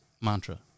mantra